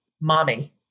Mommy